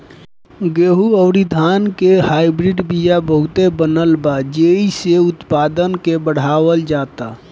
गेंहू अउरी धान के हाईब्रिड बिया बहुते बनल बा जेइसे उत्पादन के बढ़ावल जाता